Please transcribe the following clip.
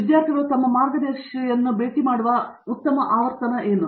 ವಿದ್ಯಾರ್ಥಿಗಳು ತಮ್ಮ ಮಾರ್ಗದರ್ಶಿಗೆ ಭೇಟಿ ನೀಡಬೇಕಾದ ಉತ್ತಮ ಆವರ್ತನವೇನು